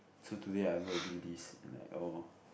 so today I'm gonna do this and like oh